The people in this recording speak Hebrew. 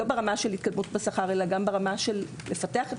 לא ברמה של התקדמות בשכר אלא גם ברמה של פיתוח המערכת.